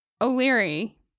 O'Leary